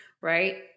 Right